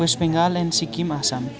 West Bengal and Sikkim Assam